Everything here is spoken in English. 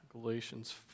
Galatians